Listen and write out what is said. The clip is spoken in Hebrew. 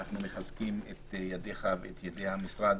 אנחנו מחזקים את ידיך וגם את ידי המשרד